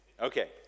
Okay